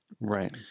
Right